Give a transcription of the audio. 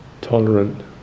tolerant